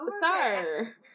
sir